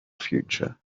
future